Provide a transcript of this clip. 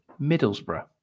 Middlesbrough